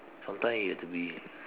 sometimes you had to be